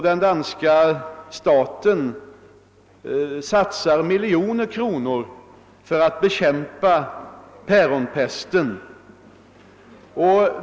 Den danska staten satsar miljoner kronor för att bekämpa den.